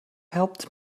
helped